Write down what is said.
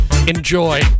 enjoy